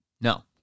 No